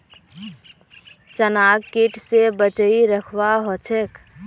चनाक कीट स बचई रखवा ह छेक